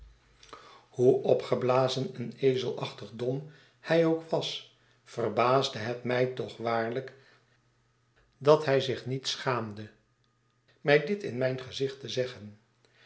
hoe opgeblazen en ezelachtig dom hy ook was verbaasde het mij toch waarlijk dat hij zich niet schaamde mij dit in mijn gezicht te zeggen